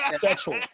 sexual